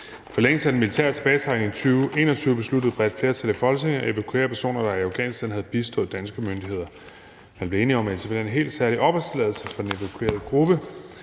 forlængelse af den militære tilbagetrækning i 2021 besluttede et bredt flertal i Folketinget at evakuere personer, der i Afghanistan havde bistået danske myndigheder. Man blev enige om at etablere en helt særlig opholdstilladelse for den evakuerede gruppe.